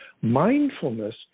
Mindfulness